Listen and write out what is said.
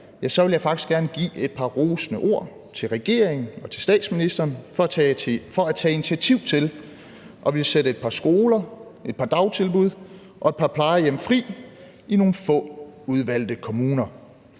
så vil jeg faktisk gerne give et par rosende ord til regeringen og til statsministeren for at tage initiativ til at ville sætte et par skoler, et par dagtilbud og et par plejehjem fri i nogle få udvalgte kommuner.